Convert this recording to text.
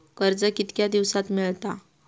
कर्ज कितक्या दिवसात मेळता?